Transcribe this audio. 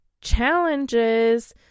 challenges